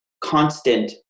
constant